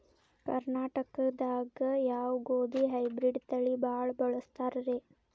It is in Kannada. ಕರ್ನಾಟಕದಾಗ ಯಾವ ಗೋಧಿ ಹೈಬ್ರಿಡ್ ತಳಿ ಭಾಳ ಬಳಸ್ತಾರ ರೇ?